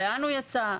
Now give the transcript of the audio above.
לאן הוא יצא.